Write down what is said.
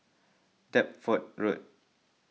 Deptford Road